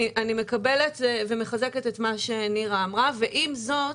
אני מקבלת ומחזקת את מה שנירה אמרה, ועם זאת,